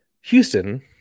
Houston